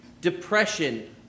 depression